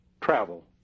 travel